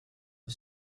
the